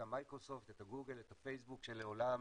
המיקרוסופט ואת הגוגל והפייסבוק של עולם